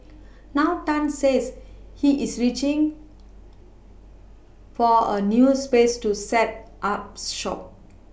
now Tan says he is reaching for a new space to set up shop